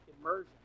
immersion